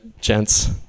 Gents